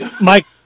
Mike